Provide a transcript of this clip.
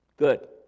Good